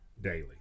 daily